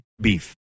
beef